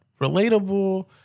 relatable